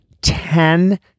ten